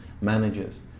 managers